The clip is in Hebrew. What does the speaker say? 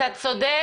אתה צודק,